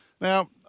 Now